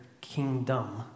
kingdom